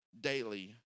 daily